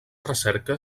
recerca